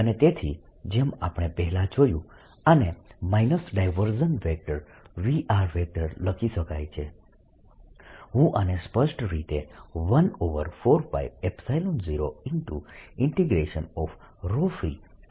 અને તેથી જેમ આપણે પહેલાં જોયું આને V લખી શકાય છે હું આને સ્પષ્ટ રીતે 14π0freer rr r3dV14π0